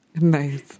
Nice